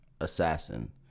Assassin